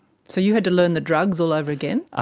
so you had to learn the drugs all over again? ah